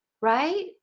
right